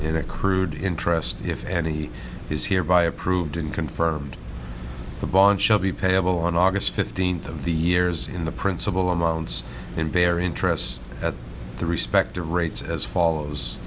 in accrued interest if any is here by approved and confirmed the bond shall be payable on august fifteenth of the years in the principal amounts and bear interest at the respective rates as follows